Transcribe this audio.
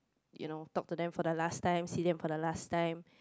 you know talk to them for the last time see them for the last time